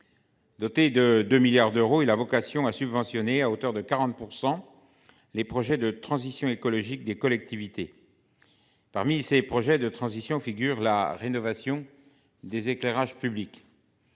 Doté de 2 milliards d'euros, il a vocation à subventionner à hauteur de 40%. Les projets de transition écologique des collectivités. Parmi ces projets de transition figure la rénovation des éclairages publics.